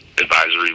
advisory